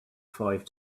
five